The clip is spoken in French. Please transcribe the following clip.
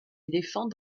éléphants